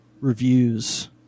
reviews